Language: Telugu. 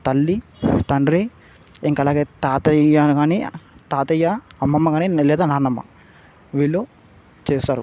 తల్లి తండ్రి ఇంకా అలాగే తాతయ్య కాని తాతయ్య అమ్మమ్మ కాని లేదా నానమ్మ వీళ్ళు చేస్తారు